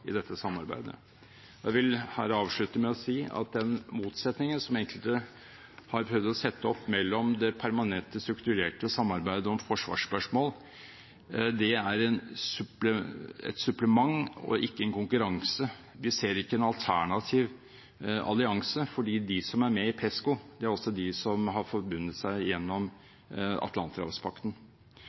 i dette samarbeidet. Jeg vil her avslutte med å si om den motsetningen som enkelte har prøvd å sette opp i det permanente, strukturerte samarbeidet om forsvarsspørsmål, at det er et supplement og ikke en konkurranse. Vi ser ikke en alternativ allianse, fordi de som er med i Pesco, er også de som har forbundet seg gjennom